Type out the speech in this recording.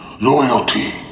loyalty